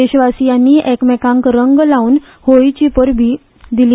देशवासियांनी एकमेकांक रंग लावन होळीची परबी दिली